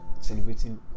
celebrating